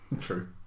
True